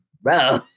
Bro